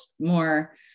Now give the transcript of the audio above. more